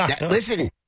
Listen